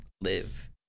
live